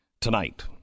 tonight